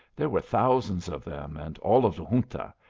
there were thousands of them and all of the junta,